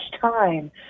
time